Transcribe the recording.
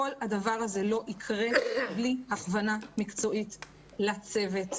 כל הדבר הזה לא יקרה בלי הכוונה מקצועית לצוות.